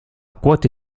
quote